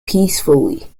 peacefully